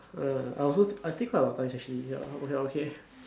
uh I was I stay quite a lot of times actually ya but ya okay